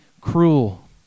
cruel